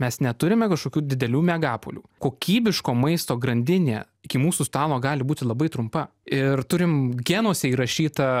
mes neturime kažkokių didelių megapolių kokybiško maisto grandinė iki mūsų stalo gali būti labai trumpa ir turim genuose įrašytą